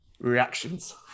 reactions